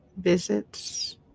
visits